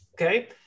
Okay